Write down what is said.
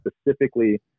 specifically